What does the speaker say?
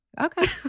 Okay